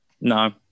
No